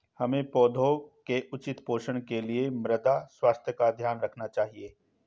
हमें पौधों के उचित पोषण के लिए मृदा स्वास्थ्य का ध्यान रखना चाहिए